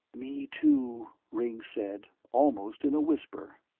me, too, ringg said, almost in a whisper.